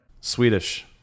Swedish